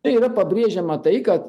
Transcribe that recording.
tai yra pabrėžiama tai kad